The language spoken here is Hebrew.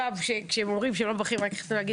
ברגע שמתחילים לתקן